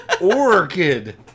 Orchid